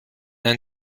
ein